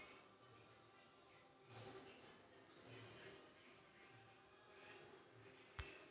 मले शिकासाठी कर्ज घ्याचे असल्यास ऑनलाईन फारम कसा भरा लागन?